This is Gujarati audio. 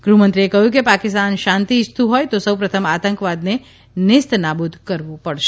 ગૃહમંત્રીએ કહ્યું કે પાકિસ્તાન શાંતિ ઇચ્છતું હોથ તો સૌપ્રથમ આતંકવાદને નેસ્તનાબૂદ કરવો પડશે